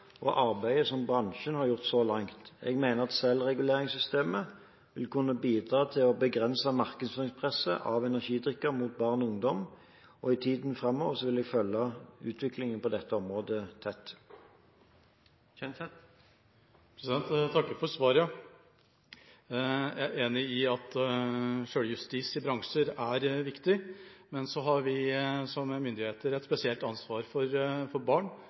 og arbeidet som bransjen har gjort så langt. Jeg mener at selvreguleringssystemet vil kunne bidra til å begrense markedsføringspresset av energidrikker mot barn og ungdom, og i tiden framover vil jeg følge utviklingen på dette området tett. Jeg takker for svaret. Jeg er enig i at selvjustis i bransjer er viktig, men så har vi som myndigheter et spesielt ansvar for barn